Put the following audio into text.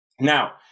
Now